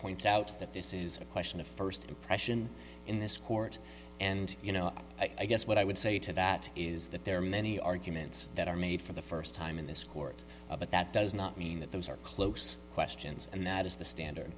points out that this is a question of first impression in this court and you know i guess what i would say to that is that there are many arguments that are made for the first time in this court of but that does not mean that those are close questions and that is the standard